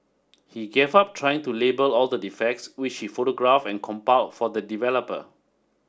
he gave up trying to label all the defects which he photograph and compiled for the developer